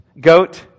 GOAT